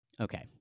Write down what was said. Okay